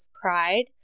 pride